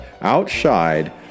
outside